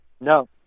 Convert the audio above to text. No